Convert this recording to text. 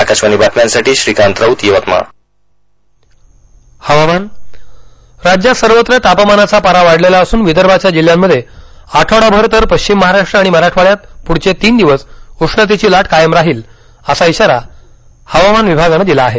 प्रतिनिधी श्रीकांत राऊत यवतमाळ हवामान राज्यात सर्वत्र तापमानाचा पारा वाढलेला असून विदर्भाच्या जिल्ह्यांमध्ये आठवडाभर तर पश्चिम महाराष्ट्र आणि मराठवाड्यात प्ढचे तीन दिवस उष्णतेची लाट कायम राहील असा इशारा हवामान विभागानं दिला आहे